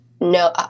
No